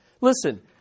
Listen